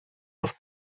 los